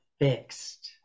fixed